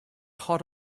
hot